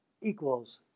equals